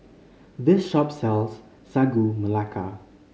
this shop sells Sagu Melaka